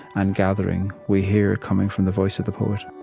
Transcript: and gathering we hear, coming from the voice of the poet